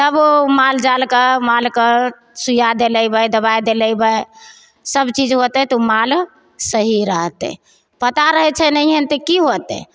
तब ओ मालजालकेँ मालकेँ सुइआ देलैबै दवाइ देलैबै सबचीज होतै तऽ ओ माल सही रहतै पता रहै छै नहिए ने तऽ कि होतै